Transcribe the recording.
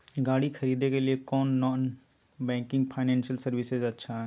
गाड़ी खरीदे के लिए कौन नॉन बैंकिंग फाइनेंशियल सर्विसेज अच्छा है?